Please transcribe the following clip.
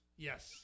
Yes